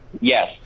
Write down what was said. Yes